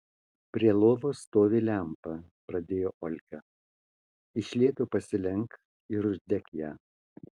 prie lovos stovi lempa pradėjo olga iš lėto pasilenk ir uždek ją